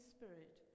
Spirit